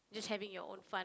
just having your own fun